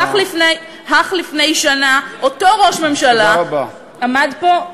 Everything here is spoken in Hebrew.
אך לפני שנה, אותו ראש ממשלה עמד פה,